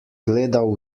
gledal